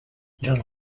john